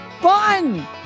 fun